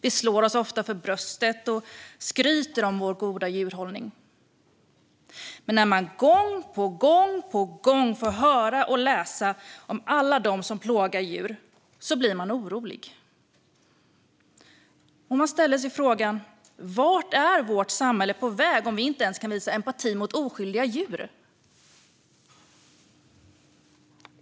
Vi slår oss ofta för bröstet och skryter om vår goda djurhållning. Men när man gång på gång får höra och läsa om alla dem som plågar djur blir man orolig och ställer sig frågan: Vart är vårt samhälle på väg om vi inte ens kan visa empati mot oskyldiga djur?